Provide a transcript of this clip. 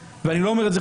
אני לא אומר את זה,